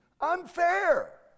unfair